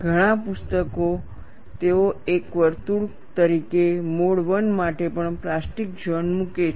ઘણા પુસ્તકો તેઓ એક વર્તુળ તરીકે મોડ I માટે પણ પ્લાસ્ટિક ઝોન મૂકે છે